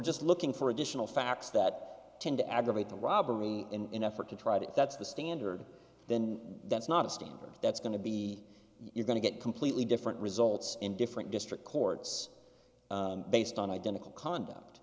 just looking for additional facts that tend to aggravate the robbery in effort to try to if that's the standard then that's not a standard that's going to be you're going to get completely different results in different district courts based on identical conduct